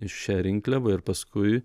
šią rinkliavą ir paskui